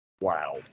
Wow